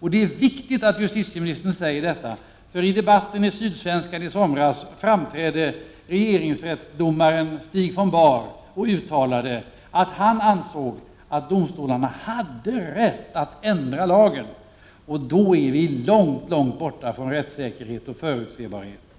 Det är viktigt att justitieministern säger detta. I debatten i Sydsvenskan i somras framträdde regeringsrättsdomaren Stig von Bahr och uttalade att han ansåg att domstolarna hade rätt att ändra lagen. I så fall är vi långt ifrån rättssäkerhet och förutsebarhet.